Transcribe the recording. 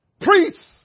Priests